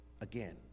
again